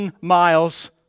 miles